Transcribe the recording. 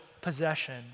possession